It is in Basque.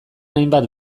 hainbat